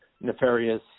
nefarious